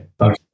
Okay